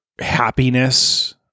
happiness